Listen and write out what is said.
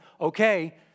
okay